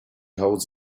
holds